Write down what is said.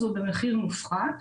הוא במחיר מופחת,